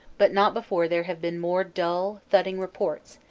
but not before there have been more dull thudding reports,